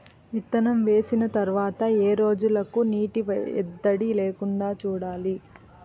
విత్తనం వేసిన తర్వాత ఏ రోజులకు నీటి ఎద్దడి లేకుండా చూడాలి?